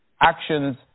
actions